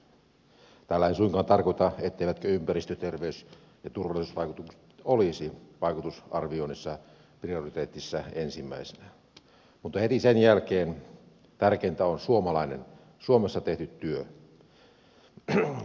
tällä en suinkaan tarkoita etteivätkö ympäristö terveys ja turvallisuusvaikutukset olisi vaikutusarvioinnissa prioriteetissä ensimmäisinä mutta heti niiden jälkeen tärkeintä on suomalainen suomessa tehty työ